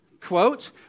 Quote